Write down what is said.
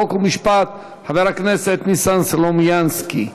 חוק ומשפט חבר הכנסת ניסן סלומינסקי.